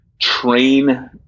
train